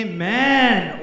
Amen